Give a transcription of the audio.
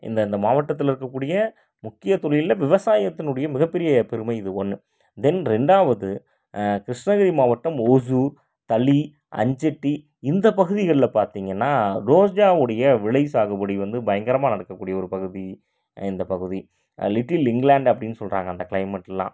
இந்த இந்த மாவட்டத்தில் இருக்கக்கூடிய முக்கியத் தொழிலில் விவசாயத்தினுடைய மிகப்பெரிய பெருமை இது ஒன்று தென் ரெண்டாவது கிருஷ்ணகிரி மாவட்டம் ஓசூர் தளி அஞ்சட்டி இந்த பகுதிகளில் பார்த்திங்கன்னா ரோஜாவுடைய விலை சாகுபடி வந்து பயங்கரமாக நடக்கக்கூடிய ஒரு பகுதி இந்த பகுதி லிட்டில் இங்கிலாந்த் அப்படின்னு சொல்றாங்க அந்த க்ளைமெட்டெலாம்